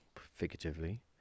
figuratively